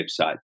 website